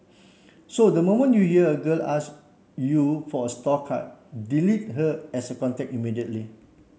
so the moment you hear a girl ask you for a store card delete her as a contact immediately